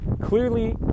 clearly